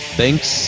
thanks